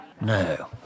No